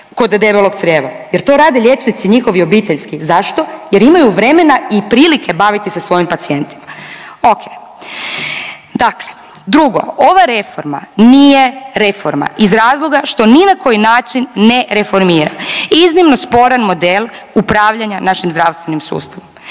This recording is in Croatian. kod debelog crijeva, jer to rade liječnici njihovi obiteljski. Zašto, jer imaju vremena i prilike baviti se svojim pacijentima. Ok. Dakle, drugo ova reforma nije reforma iz razloga što ni na koji način ne reformira iznimno sporan model upravljanja našim zdravstvenim sustavom.